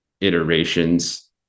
iterations